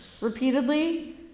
repeatedly